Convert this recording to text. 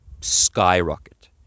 skyrocket